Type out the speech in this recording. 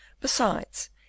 Besides